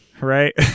Right